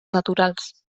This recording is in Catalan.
naturals